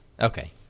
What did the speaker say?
Okay